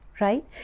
right